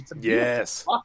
yes